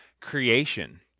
creation